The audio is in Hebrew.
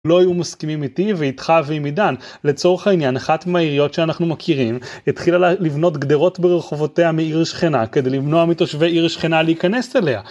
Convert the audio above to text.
לא היו מסכימים איתי ואיתך ועם עידן לצורך העניין אחת מהעיריות שאנחנו מכירים התחילה לבנות גדרות ברחובותיה מעיר שכנה כדי לבנוע מתושבי עיר שכנה להיכנס אליה